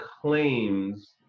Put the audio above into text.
claims